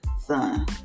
son